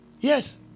yes